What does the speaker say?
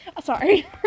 Sorry